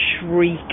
shriek